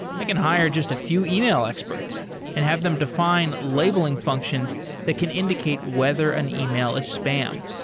i can hire just a few email experts and have them define labeling functions that can indicate whether an email is spam.